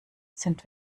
sind